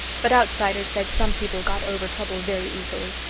but outsiders said some people got over trouble very easily,